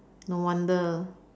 no wonder